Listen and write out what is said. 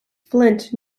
flint